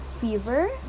fever